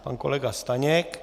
Pan kolega Staněk.